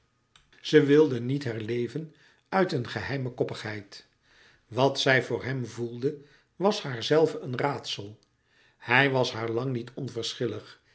zij wilde niet herleven uit een geheime koppigheid wat zij voor hem voelde was haarzelve een raadsel hij was haar lang niet